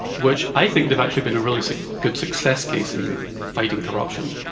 which i think they've actually been a really good success case in fighting corruption.